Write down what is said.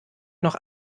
noch